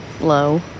Low